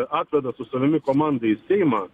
atveda su savimi komanda į seimą